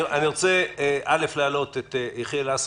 אני רוצה להעלות את יחיאל לסרי.